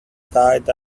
tied